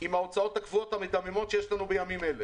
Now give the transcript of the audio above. עם ההוצאות הקבועות המדממות שיש לנו בימים אלה.